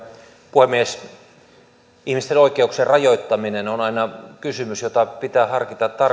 puhemies ihmisten oikeuksien rajoittaminen on aina kysymys jota pitää harkita tarkkaan toisaalta